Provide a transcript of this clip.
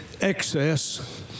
excess